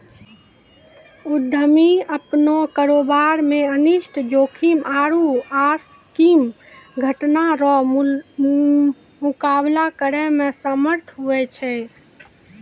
उद्यमी अपनो कारोबार मे अनिष्ट जोखिम आरु आकस्मिक घटना रो मुकाबला करै मे समर्थ हुवै छै